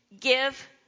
give